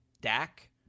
Dak